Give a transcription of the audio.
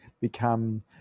become